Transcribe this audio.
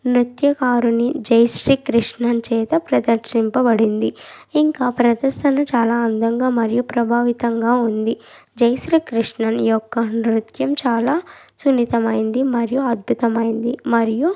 నృత్య కారుని జై శ్రీ కృష్ణన్ చేత ప్రదర్శింప బడింది ఇంక ప్రదర్సన చాలా అందంగా మరియు ప్రభావితంగా ఉంది జై శ్రీ కృష్ణన్ యొక్క నృత్యం చాలా సున్నితమైనది మరియు అద్భుతమైనది మరియు